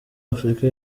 afrika